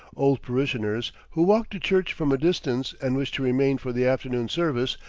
old parishioners, who walked to church from a distance and wished to remain for the afternoon service,